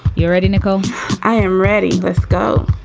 you're ready to go. i'm ready. let's go